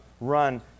run